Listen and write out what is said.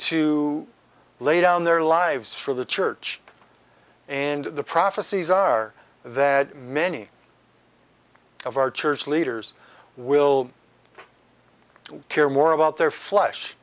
to lay down their lives for the church and the prophecies are that many of our church leaders will care more about their flesh